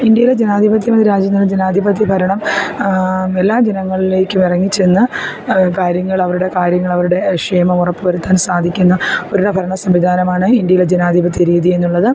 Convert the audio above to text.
ഇന്ത്യയിലെ ജനാതിപത്യമെന്ന രാജ്യം ജനാതിപത്യ ഭരണം എല്ലാ ജനങ്ങളിലേക്കും ഇറങ്ങിച്ചെന്ന് കാര്യങ്ങളവരുടെ കാര്യങ്ങളവരുടെ ക്ഷേമം ഉറപ്പുവരുത്താൻ സാധിക്കുന്ന ഒരു ഭരണ സംവിധാനമാണ് ഇന്ത്യയിലെ ജനാതിപത്യ രീതിയെന്നുള്ളത്